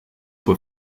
were